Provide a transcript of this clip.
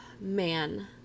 Man